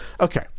okay